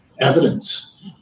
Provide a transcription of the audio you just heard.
evidence